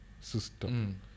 system